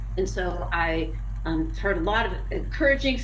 and so i um heard a lot of encouraging